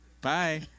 bye